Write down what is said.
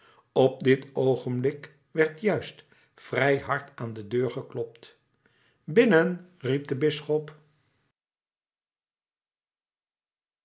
op dit oogenblik werd juist vrij hard aan de deur geklopt binnen riep de bisschop